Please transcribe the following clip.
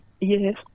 Yes